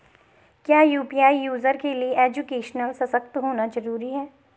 क्या UPI user के लिए एजुकेशनल सशक्त होना जरूरी है?